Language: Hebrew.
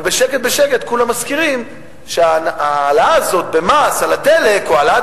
רק בשקט-בשקט כולם מזכירים שההעלאה הזאת במס על הדלק או העלאת